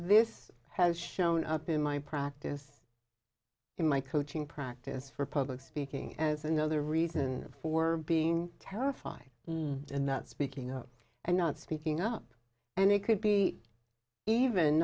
this has shown up in my practice in my coaching practice for public speaking as another reason for being terrified and not speaking out and not speaking up and it could be even